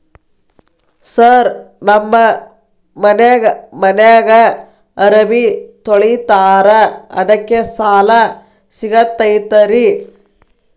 Sir ನಮ್ಮ ಮನ್ಯಾಗ ಅರಬಿ ತೊಳಿತಾರ ಅದಕ್ಕೆ ಸಾಲ ಸಿಗತೈತ ರಿ?